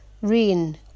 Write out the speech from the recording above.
Rain